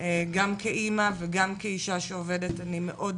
גם כאמא וגם כאישה שעובדת אני מאוד